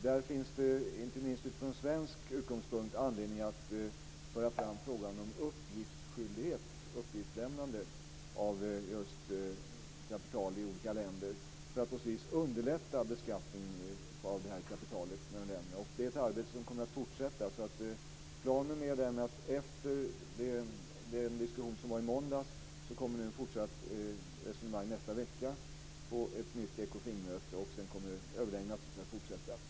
Där finns det, inte minst från svensk utgångspunkt, anledning att föra fram frågan om uppgiftsskyldighet när det gäller kapital i olika länder för att på sikt underlätta beskattning av det här kapitalet mellan länderna. Det är ett arbete som kommer att fortsätta. Planen är den att efter den diskussion som var i måndags kommer nu ett fortsatt resonemang nästa vecka på ett nytt Ekofinmöte. Sedan kommer överläggningarna naturligtvis att fortsätta.